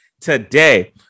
Today